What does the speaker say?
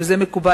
וזה מקובל,